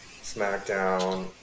SmackDown